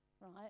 right